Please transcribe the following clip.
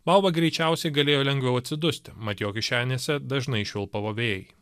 bauba greičiausiai galėjo lengviau atsidusti mat jo kišenėse dažnai švilpavo vėjai